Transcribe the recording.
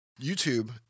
YouTube